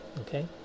okay